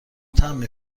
تمبر